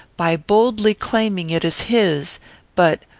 by boldly claiming it as his but,